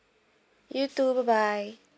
you too bye bye